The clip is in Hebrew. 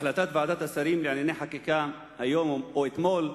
החלטת ועדת השרים לענייני חקיקה היום או אתמול,